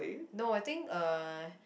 no I think uh